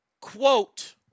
quote